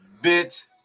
bit